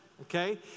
okay